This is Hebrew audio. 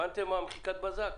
הבנתם מה מחיקת הבזק?